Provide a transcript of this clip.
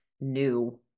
new